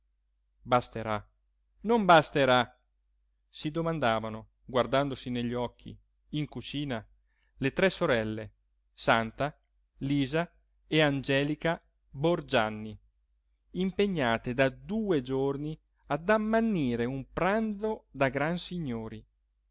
basterà non basterà si domandavano guardandosi negli occhi in cucina le tre sorelle santa lisa e angelica borgianni impegnate da due giorni ad ammannire un pranzo da gran signori